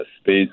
space